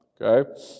okay